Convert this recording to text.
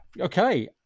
okay